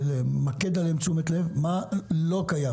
ולמקד תשומת לב על מה לא קיים.